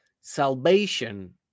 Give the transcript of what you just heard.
Salvation